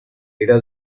era